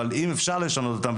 אבל אם אפשר לשנות אותם,